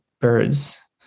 birds